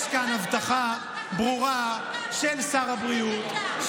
שיש כאן הבטחה ברורה של שר הבריאות,